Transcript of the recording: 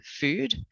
food